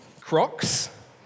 Crocs